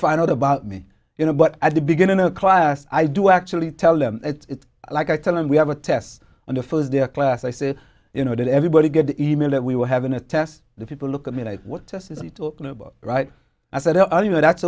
find out about me you know but at the beginning of the class i do actually tell them it's like i tell them we have a test and the first day of class i said you know does everybody get the e mail that we were having a test the people look at me like what test is he talking about right i said well you know that's